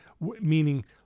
meaning